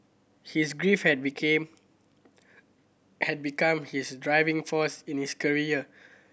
his grief had became had become his driving force in his career